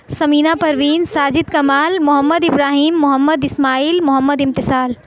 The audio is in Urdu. سمینہ پروین ساجد کمال محمد ابراہیم محمد اسماعیل محمد امتسال